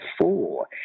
four